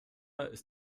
ist